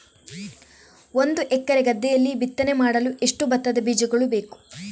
ಒಂದು ಎಕರೆ ಗದ್ದೆಯಲ್ಲಿ ಬಿತ್ತನೆ ಮಾಡಲು ಎಷ್ಟು ಭತ್ತದ ಬೀಜಗಳು ಬೇಕು?